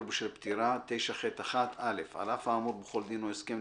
בשל פטירה 9ח1. (א)על אף האמור בכל דין או הסכם,